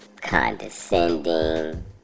condescending